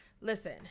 listen